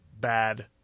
bad